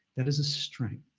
that is a strength.